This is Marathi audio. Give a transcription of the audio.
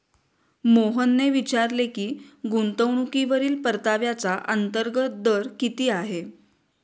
मोहनने विचारले की गुंतवणूकीवरील परताव्याचा अंतर्गत दर किती आहे?